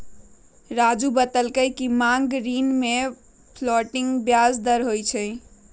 राज़ू बतलकई कि मांग ऋण में फ्लोटिंग ब्याज दर होई छई